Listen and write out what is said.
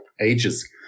ages